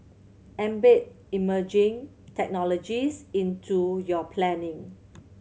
embed emerging technologies into your planning